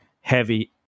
heavy